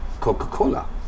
coca-cola